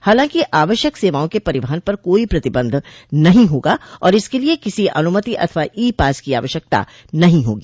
हालांकि आवश्यक सेवाओं के परिवहन पर कोई प्रतिबंध नहीं होगा और इसके लिए किसी अनुमति अथवा ई पास की आवश्यकता नहीं होगी